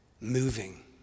moving